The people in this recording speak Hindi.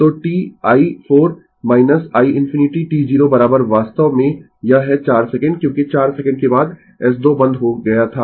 तो t i 4 i ∞ t 0 वास्तव में यह है 4 सेकंड क्योंकि 4 सेकंड के बाद S 2 बंद हो गया था